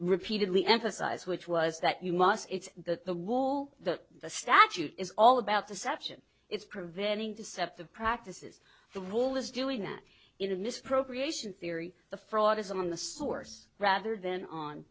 repeatedly emphasized which was that you must it's the the wool the the statute is all about the section it's preventing deceptive practices the rule is doing that in a misappropriation theory the fraud is on the source rather than on